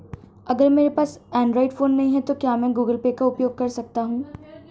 अगर मेरे पास एंड्रॉइड फोन नहीं है तो क्या मैं गूगल पे का उपयोग कर सकता हूं?